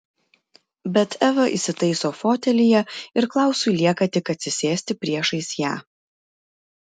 bet eva įsitaiso fotelyje ir klausui lieka tik atsisėsti priešais ją